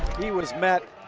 he was met